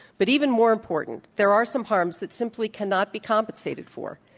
but even more important, there are some harms that simply cannot be compensated for.